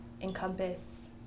encompass